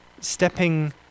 stepping